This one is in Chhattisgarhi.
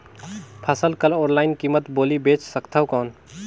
फसल कर ऑनलाइन कीमत बोली बेच सकथव कौन?